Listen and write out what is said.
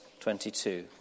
22